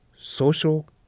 social